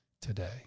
today